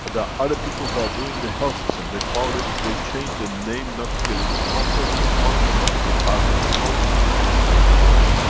but are other people who are doing the health system. they called it. they changed the name not to get into conflict to. quantum, but it's a plasma technology, they change name to it.